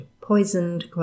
poisoned